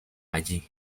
allí